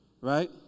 right